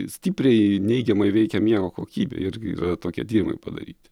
stipriai neigiamai veikia miego kokybę irgi tokie tyrimai padaryti